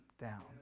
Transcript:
down